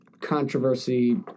controversy